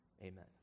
Amen